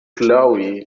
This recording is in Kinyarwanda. crew